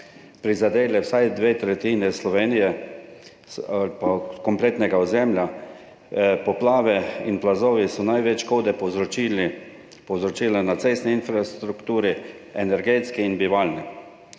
prizadele vsaj dve tretjini Slovenije ali pa kompletnega ozemlja. Poplave in plazovi so največ škode povzročili na cestni infrastrukturi, energetski in bivalni.